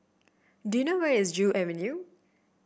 do you know where is Joo Avenue